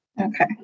Okay